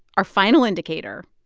our final indicator,